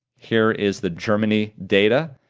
here is the germany data.